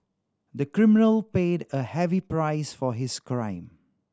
the criminal paid a heavy price for his crime